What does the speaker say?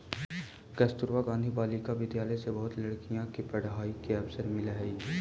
कस्तूरबा गांधी बालिका विद्यालय से बहुत लड़की के पढ़ाई के अवसर मिलऽ हई